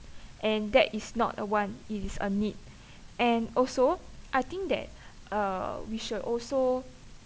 and that is not a want it is a need and also I think that uh we should also